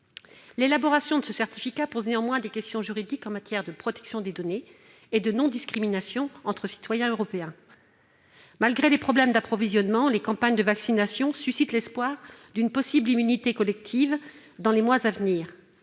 L'élaboration de ce certificat pose néanmoins des questions juridiques en matière de protection des données et de non-discrimination entre citoyens européens. Malgré des problèmes d'approvisionnement, les campagnes de vaccination suscitent l'espoir d'une possible immunité collective dans les mois à venir.